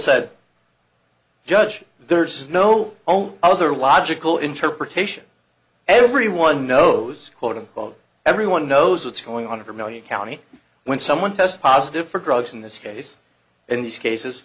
said judge there is no only other logical interpretation everyone knows quote unquote everyone knows what's going on for a million county when someone tests positive for drugs in this case in these cases